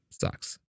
Sucks